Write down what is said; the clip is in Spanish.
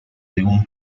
algún